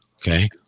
Okay